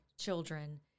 children